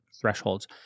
thresholds